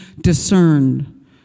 discerned